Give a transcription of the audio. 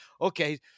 Okay